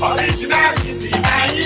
Originality